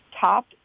top